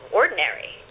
ordinary